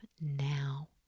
now